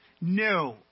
No